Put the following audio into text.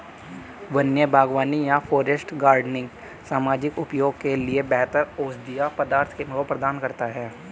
वन्य बागवानी या फॉरेस्ट गार्डनिंग सामाजिक उपयोग के लिए बेहतर औषधीय पदार्थों को प्रदान करता है